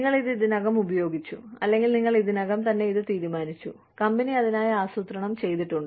നിങ്ങൾ ഇത് ഇതിനകം ഉപയോഗിച്ചു അല്ലെങ്കിൽ നിങ്ങൾ ഇതിനകം തന്നെ ഇത് തീരുമാനിച്ചു കമ്പനി അതിനായി ആസൂത്രണം ചെയ്തിട്ടുണ്ട്